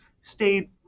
stayed